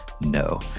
no